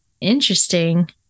interesting